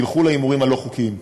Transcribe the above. ילכו להימורים הלא-חוקיים.